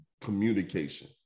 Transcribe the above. communication